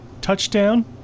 Touchdown